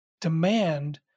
demand